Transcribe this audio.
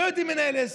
לא יודעים לנהל עסק.